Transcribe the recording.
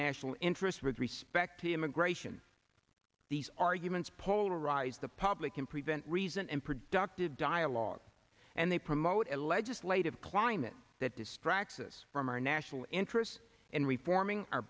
national interest with respect to immigration these arguments polarize the public and prevent reason and productive dialogue and they promote a legislative climate that distracts us from our national interests and reforming